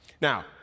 Now